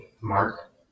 Mark